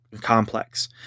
complex